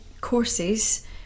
courses